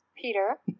peter